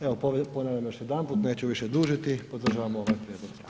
Evo, ponavljam još jedanput, neću više dužiti, podržavam ovaj prijedlog zakona.